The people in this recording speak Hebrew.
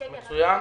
מצוין.